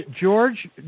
george